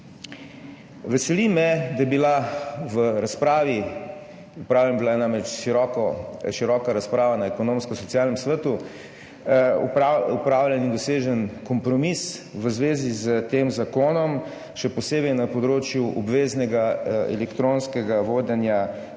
Veseli me, da je bil v razpravi, opravljena je bila namreč široka razprava na Ekonomsko-socialnem svetu, opravljen in dosežen kompromis v zvezi s tem zakonom, še posebej na področju obveznega elektronskega vodenja